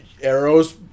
Arrows